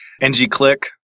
ng-click